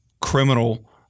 criminal